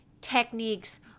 techniques